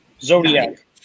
Zodiac